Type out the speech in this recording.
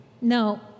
No